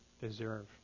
deserve